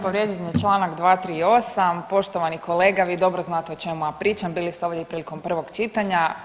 Povrijeđen je čl. 238., poštovani kolega vi dobro znate o čemu ja pričam, bili ste ovdje i prilikom prvog čitanja.